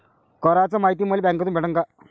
कराच मायती मले बँकेतून भेटन का?